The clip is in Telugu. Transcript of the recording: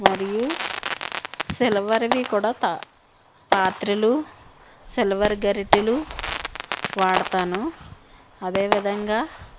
మరియు సిల్వర్వి కూడా త పాత్రలు సిల్వర్ గరిటలు వాడతాను అదేవిధంగా